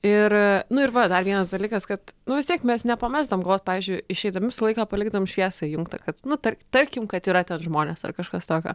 ir nu ir va dar vienas dalykas kad nu vis tiek mes nepamesdavom galvos pavyzdžiui išeidami visą laiką palikdavom šviesą įjungtą kad nu tar tarkim kad yra ten žmonės ar kažkas tokio